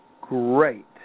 great